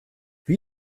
wie